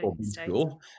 school